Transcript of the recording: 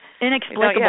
inexplicable